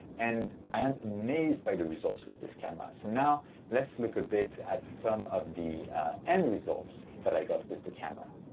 and i am amazed by the results with this camera. so now let's look a bit at some of the end results that i got with the camera